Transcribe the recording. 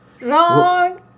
Wrong